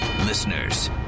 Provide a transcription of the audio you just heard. Listeners